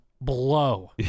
blow